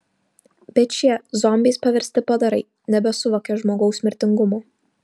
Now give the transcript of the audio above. bet šie zombiais paversti padarai nebesuvokė žmogaus mirtingumo